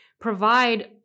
provide